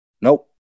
Nope